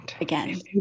again